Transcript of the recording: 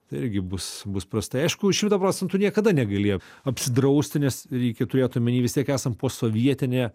tai irgi bus bus prastai aišku šimtą procentų niekada negali apsidrausti nes reikia turėt omeny vis tiek esam posovietinė